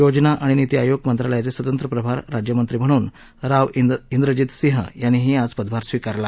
योजना आणि नीती आयोग मंत्रालयाचे स्वतंत्र प्रभार राज्यमंत्री म्हणून राव इंद्रजीतसिंह यांनीही आज पदभार स्वीकारला